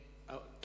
אורבך.